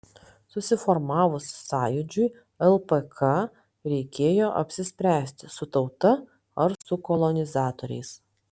susiformavus sąjūdžiui lpk reikėjo apsispręsti su tauta ar su kolonizatoriais